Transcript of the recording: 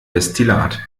destillat